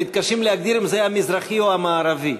מתקשים להגדיר אם זה המזרחי או המערבי.